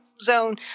zone